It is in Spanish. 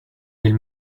del